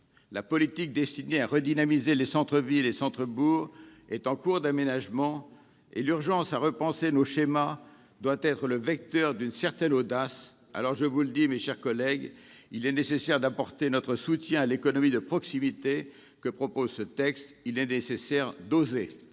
La politique destinée à redynamiser les centres-villes et centres-bourgs est en cours d'aménagement, et l'urgence à repenser nos schémas doit être le vecteur d'une certaine audace. Dès lors, mes chers collègues, il est nécessaire d'apporter notre soutien à l'économie de proximité que propose ce texte. Il est nécessaire d'« oser